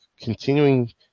continuing